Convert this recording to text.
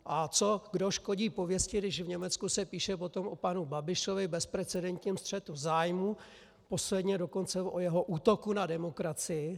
A kdo škodí pověsti, když v Německu se píše potom o panu Babišovi, bezprecedentním střetu zájmů, posledně dokonce o jeho útoku na demokracii.